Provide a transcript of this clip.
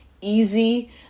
easy